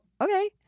okay